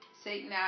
Satan